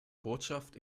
botschaft